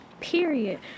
Period